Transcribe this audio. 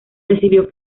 recibió